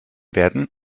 werden